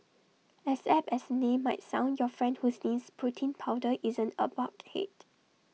as apt as name might sound your friend who sniffs protein powder isn't A bulkhead